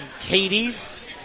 Katie's